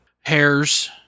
hairs